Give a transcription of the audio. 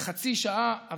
חצי שעה.